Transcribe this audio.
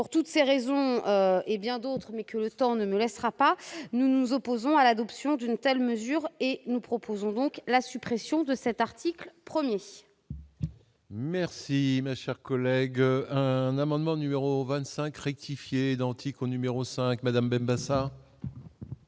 pour toutes ces raisons et bien d'autres, mais que le temps ne laissera pas, nous nous opposons à l'adoption d'une telle mesure et nous proposons donc la suppression de cet article 1er. Merci, ma chère collègue un amendement numéro 25 rectifier d'anticorps numéro 5 Madame Benbassa.